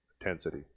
intensity